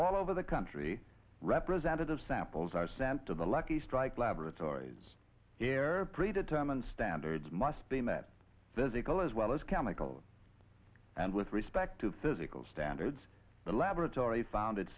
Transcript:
all over the country representative samples are sent to the lucky strike laboratories where pre determined standards must be met physical as well as chemical and with respect to physical standards the laboratory found